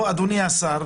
פה, אדוני השר,